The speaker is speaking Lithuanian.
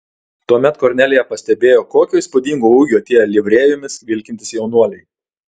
tuomet kornelija pastebėjo kokio įspūdingo ūgio tie livrėjomis vilkintys jaunuoliai